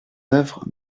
œuvre